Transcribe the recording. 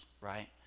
right